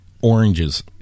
oranges